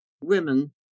women